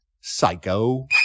Psycho